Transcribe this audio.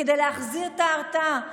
כדי להחזיר את ההרתעה.